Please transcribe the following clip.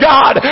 God